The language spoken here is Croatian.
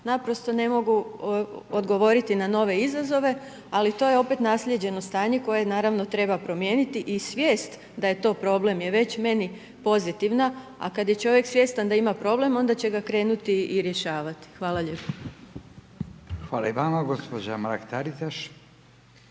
naprosto ne mogu odgovoriti na nove izazove, ali to je opet naslijeđeno stanje, koje naravno, treba promijeniti i svijest da je to problem, je već meni pozitivna. A kada je čovjek svjestan da ima problem, onda će ga krenuti i rješavati. Hvala lijepo. **Radin, Furio (Nezavisni)**